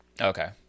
Okay